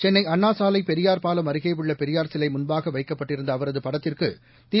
சென்னை அண்ணா சாலை பெரியார் பாலம் அருகேயுள்ள பெரியார் சிலை முன்பாக வைக்கப்பட்டிருந்த அவரது படத்திற்கு தி